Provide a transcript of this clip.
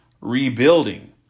rebuilding